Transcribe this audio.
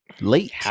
late